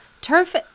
turf